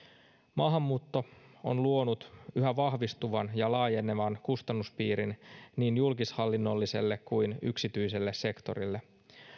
maahanmuutto on luonut yhä vahvistuvan ja laajenevan kustannuspiirin niin julkishallinnolliselle kuin yksityisellekin sektorille